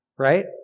right